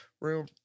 room